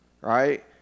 Right